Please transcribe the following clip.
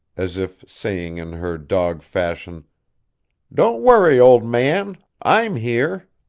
as if saying in her dog fashion don't worry, old man i'm here!